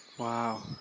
Wow